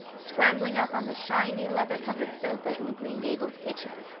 scrambling up on the shiny, leather-covered sofa in the green gables kitchen,